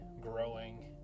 growing